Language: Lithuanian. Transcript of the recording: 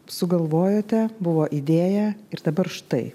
sugalvojote buvo idėja ir dabar štai